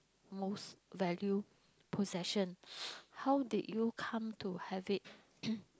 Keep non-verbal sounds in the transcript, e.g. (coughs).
most value possession how did you come to have it (coughs)